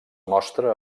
mostra